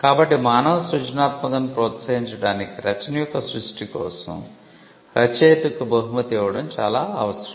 కాబట్టి మానవ సృజనాత్మకతను ప్రోత్సహించడానికి రచన యొక్క సృష్టి కోసం రచయితకు బహుమతి ఇవ్వడం చాలా అవసరం